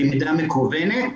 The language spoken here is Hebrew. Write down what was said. למידה מקוונת,